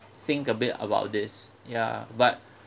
think a bit about this ya but